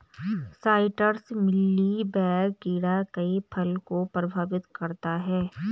citrus mealybug कीड़ा कई फल को प्रभावित करता है